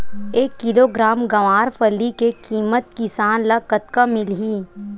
एक किलोग्राम गवारफली के किमत किसान ल कतका मिलही?